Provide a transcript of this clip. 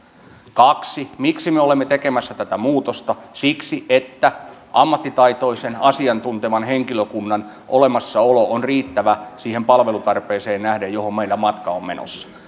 kaksi miksi me olemme tekemässä tätä muutosta siksi että ammattitaitoisen asiantuntevan henkilökunnan olemassa olo on riittävä siihen palvelutarpeeseen nähden johon meidän matka on menossa